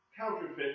counterfeit